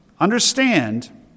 understand